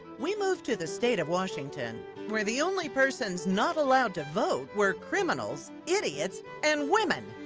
we moved to the state of washington where the only persons not allowed to vote were criminals, idiots and women!